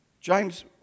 James